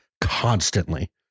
constantly